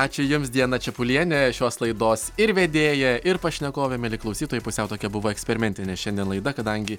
ačiū jums diana čepulienė šios laidos ir vedėja ir pašnekovė mieli klausytojai pusiau tokia buvo eksperimentine šiandien laida kadangi